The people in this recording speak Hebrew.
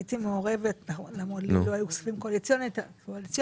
אתם לא צריכים לפעול - אתם צריכים להחליט.